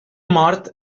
mort